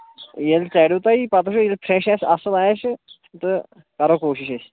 ییٚلہِ ژٲرِو تۄہہِ یہِ پَتہٕ وٕچھُو ییٚلہِ فرٮ۪ش آسہِ اَصٕل آسہِ تہٕ کرو کوٗشِش أسۍ